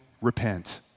repent